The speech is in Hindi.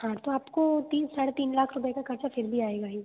हाँ तो आपको तीन साढ़े तीन लाख रुपए का खर्चा फिर भी आएगा ही